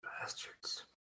Bastards